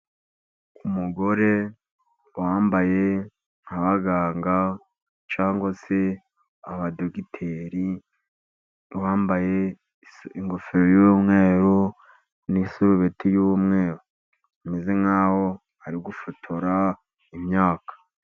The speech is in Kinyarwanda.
Umugore wambaye nk'abaganga, cyangwa se abadogiteri. Wambaye ingofero y'umweru, n'isurubeti y'umweru, ameze nk'aho ari gufotora imyaka.